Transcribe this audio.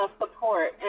Support